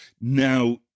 Now